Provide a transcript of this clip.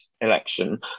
Election